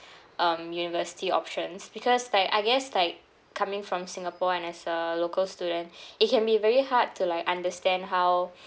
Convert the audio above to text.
um university options because like I guess like coming from singapore and as a local student it can be very hard to like understand how